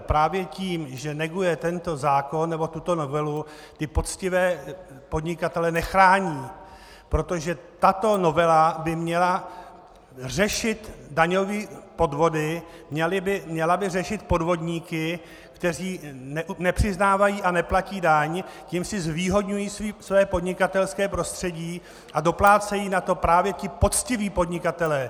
Právě tím, že neguje tento zákon nebo tuto novelu, ty poctivé podnikatele nechrání, protože tato novela by měla řešit daňové podvody, měla by řešit podvodníky, kteří nepřiznávají a neplatí daň, tím si zvýhodňují své podnikatelské prostředí a doplácejí na to právě ti poctiví podnikatelé.